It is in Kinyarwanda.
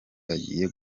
agiye